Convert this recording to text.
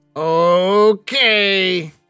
Okay